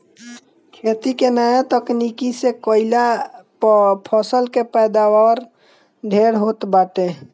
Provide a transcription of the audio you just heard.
खेती के नया तकनीकी से कईला पअ फसल के पैदावार ढेर होत बाटे